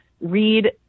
read